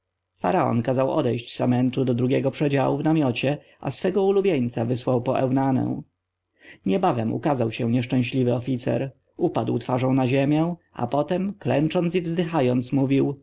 kazał odejść samentowi do drugiego przedziału w namiocie a swego ulubieńca wysłał po eunanę niebawem ukazał się nieszczęśliwy oficer upadł twarzą na ziemię a potem klęcząc i wzdychając mówił